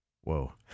Whoa